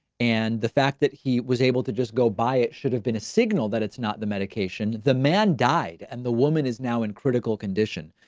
and the fact that he was able to just go buy it should have been a signal that it's not the medication. the man died and the woman is now in critical condition.